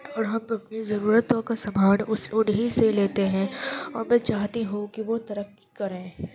اور ہم اپنی ضرورتوں کا سامان اس انہیں سے لیتے ہیں اور میں چاہتی ہوں کہ وہ ترقی کریں